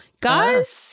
Guys